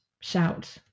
shout